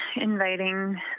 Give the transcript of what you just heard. inviting